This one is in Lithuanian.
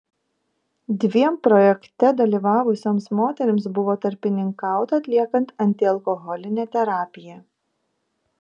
dviem projekte dalyvavusioms moterims buvo tarpininkauta atliekant antialkoholinę terapiją